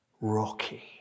Rocky